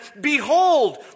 Behold